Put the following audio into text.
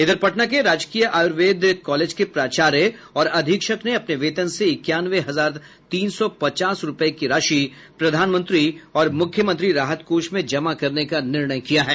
इधर पटना के राजकीय आयुर्वेद कॉलेज के प्राचार्य और अधीक्षक ने अपने वेतन से इक्यानवे हजार तीन सौ पचास रूपये की राशि प्रधानमंत्री और मुख्यमंत्री राहत कोष में जमा करने का निर्णय किया है